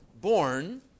born